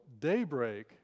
daybreak